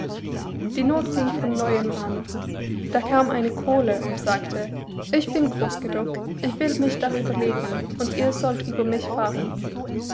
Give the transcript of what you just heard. die noth ging von neuem an da kam eine kohle und sagte ich bin groß genug ich will mich darüber legen und ihr sollt über mich fahren